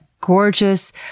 gorgeous